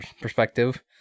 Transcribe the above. perspective